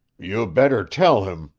you'd better tell him,